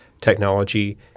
technology